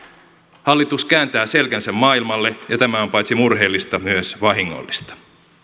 hallitus kääntää selkänsä maailmalle ja tämä on paitsi murheellista myös vahingollista